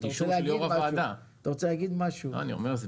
אני אומר,